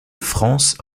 france